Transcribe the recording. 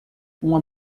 uma